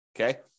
Okay